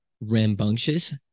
rambunctious